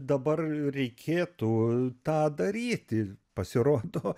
dabar reikėtų tą daryti pasirodo